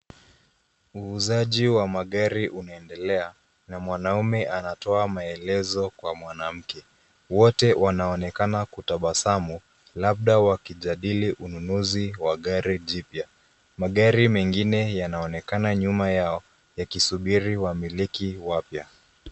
Uuzaji wa magari unaendelea na mwanaume anatoa maelezo kwa mwanamke. Wote wanaonekana kutabasamu labda wakijadili ununuzi wa gari jipya. Magari mengine yanaonekana nyuma yao yakisubiri wamiliki wapya.